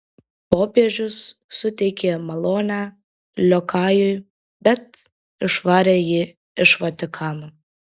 popiežius suteikė malonę liokajui bet išvarė jį iš vatikano